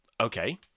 okay